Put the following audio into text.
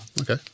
Okay